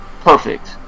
perfect